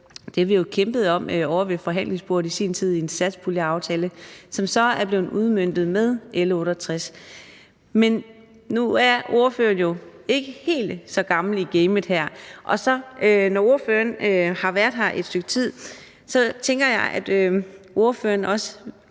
det har vi jo kæmpet ved forhandlingsbordet om i sin tid ved en satspuljeaftale, som så er blevet udmøntet i L 68 B. Men nu er ordføreren jo ikke helt så gammel i gamet her. Og når ordføreren har været her et stykke tid, tænker jeg, at ordføreren også